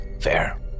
Fair